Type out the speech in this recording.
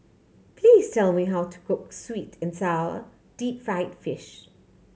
please tell me how to cook sweet and sour deep fried fish